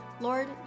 lord